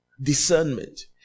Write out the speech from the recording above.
Discernment